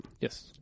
Yes